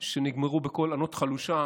שנגמרו בקול ענות חלושה